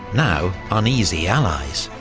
now uneasy allies.